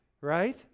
right